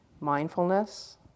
mindfulness